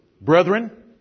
brethren